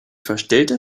verstellter